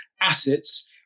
assets